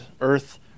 earth